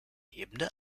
lebende